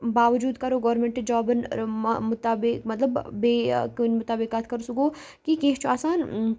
باوجوٗد کَرو گورمنٹ جابَن مُطابِق مطلب بیٚیہِ کُنہِ مُطابِق کَتھ کَرو سُہ گوٚو کہِ کینٛہہ چھُ آسان